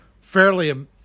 fairly